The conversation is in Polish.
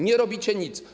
Nie robicie nic.